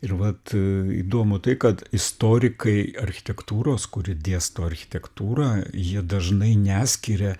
ir vat a įdomu tai kad istorikai architektūros kuri dėsto architektūrą jie dažnai neskiria